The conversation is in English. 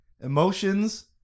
emotions